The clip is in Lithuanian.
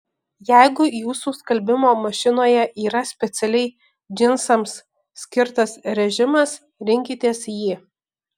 jeigu jūsų skalbimo mašinoje yra specialiai džinsams skirtas režimas rinkitės jį